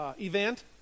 Event